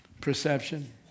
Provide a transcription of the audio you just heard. Perception